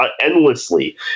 endlessly